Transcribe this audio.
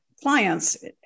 clients